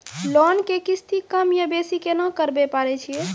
Loan के किस्ती कम या बेसी केना करबै पारे छियै?